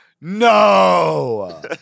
No